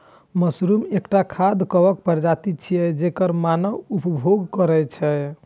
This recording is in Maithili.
मशरूम एकटा खाद्य कवक प्रजाति छियै, जेकर मानव उपभोग करै छै